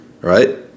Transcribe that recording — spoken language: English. Right